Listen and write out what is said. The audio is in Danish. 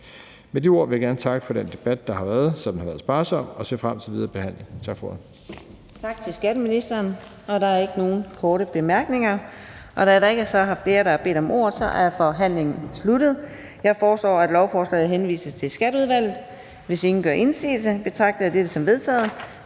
Med de ord vil jeg gerne takke for den debat, der har været, selv om den har været sparsom, og sige, at jeg ser frem til den videre behandling. Tak for ordet.